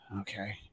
Okay